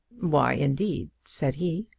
why, indeed? said he.